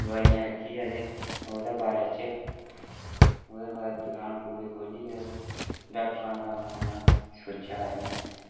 दवाइयां रक्खियै ते ओह्दे बारै च ओह्दे बाद दकान पूरी खोलियै ते डाक्टरै दा कम्म करना सोचेआ ऐ में